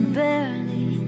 barely